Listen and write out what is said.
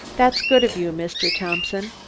that's good of you, mr. thompson.